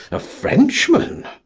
a frenchman?